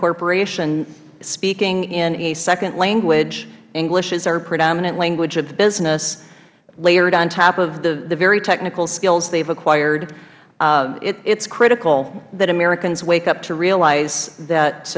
corporation speaking in a second language english is our predominant language of the business layered on top of the very technical skills they have acquired it is critical that americans wake up to realize that